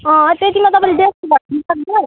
अँ त्यतिमा तपाईँले डेढ सौ घटाउन सक्नुहुन्न